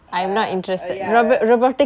uh ah ya